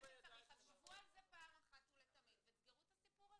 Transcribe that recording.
שצריך אז שבו על זה פעם אחת ולתמיד ותסגרו את הסיפור הזה.